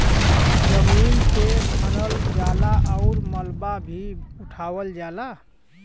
जमीन के खनल जाला आउर मलबा भी उठावल जाला